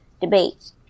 debate